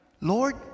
Lord